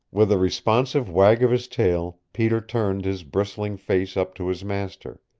with a responsive wag of his tail peter turned his bristling face up to his master.